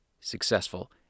successful